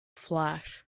flash